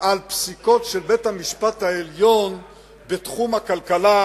על פסיקות של בית-המשפט העליון בתחום הכלכלה